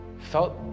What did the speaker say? felt